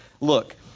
Look